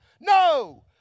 no